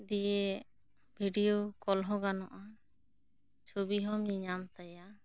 ᱫᱤᱭᱮ video call ᱦᱚᱸ ᱜᱟᱱᱚᱜᱼᱟ ᱪᱷᱚᱵᱤ ᱦᱚᱸ ᱧᱮᱞ ᱧᱟᱢ ᱛᱟᱭᱟ